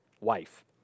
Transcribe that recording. wife